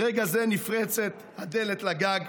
ברגע זה נפרצת הדלת לגג",